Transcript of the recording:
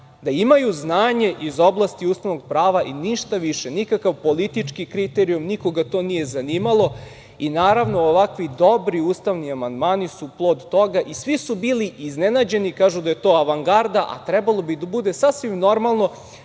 da imaju znanje iz oblasti ustavnog prava i ništa više, nikakav politički kriterijum, nikoga to nije zanimalo. Naravno, ovako dobri ustavni amandmani su plod toga i svi su bili iznenađeni, kažu da je to avangarda, a trebalo bi da bude sasvim normalno